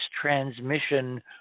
transmission